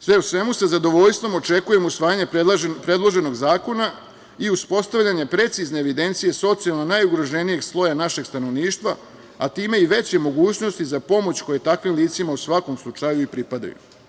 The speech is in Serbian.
Sve u svemu, sa zadovoljstvom očekujem usvajanje predloženog zakona i uspostavljanje precizne evidencije socijalno najugroženijeg sloja našeg stanovništva, a time i veće mogućnosti za pomoć koja je takvim licima u svakom slučaju i pripadaju.